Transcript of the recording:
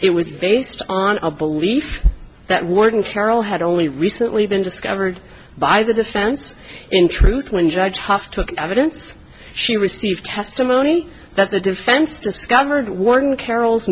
it was based on a belief that one carol had only recently been discovered by the defense in truth when judge haas took evidence she received testimony that the defense discovered one carrol